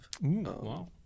wow